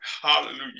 Hallelujah